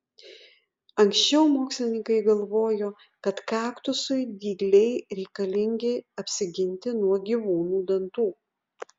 anksčiau mokslininkai galvojo kad kaktusui dygliai reikalingi apsiginti nuo gyvūnų dantų